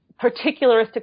particularistic